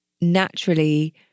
naturally